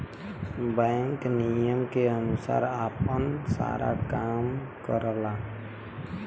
bank नियम के अनुसार आपन सारा काम करला